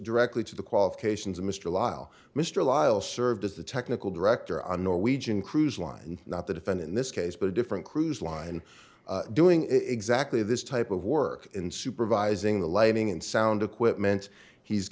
directly to the qualifications of mr lyle mr lyle served as the technical director on norwegian cruise lines and not the defendant in this case but a different cruise line doing exactly this type of work in supervising the lighting and sound equipment he's